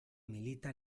milita